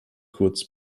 kurz